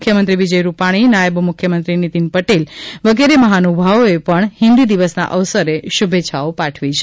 મુખ્યમંત્રી વિજય રૂપાણી નાયબ મુખ્યમંત્રી નીતીન પટેલ વગેરે મહાનુભાવોએ પણ હિન્દી દિવસના અવસરે શુભેચ્છાઓ પાઠવી છે